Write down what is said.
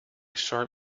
sharp